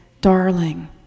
darling